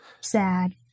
Sad